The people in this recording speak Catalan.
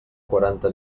quaranta